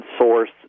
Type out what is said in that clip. source